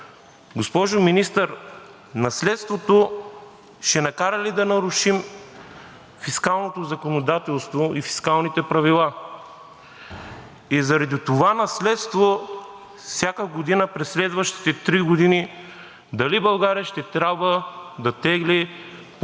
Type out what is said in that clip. госпожо Министър, наследството ще накара ли да нарушим фискалното законодателство и фискалните правила и заради това наследство през следващите три години дали България ще трябва да тегли по 15 милиарда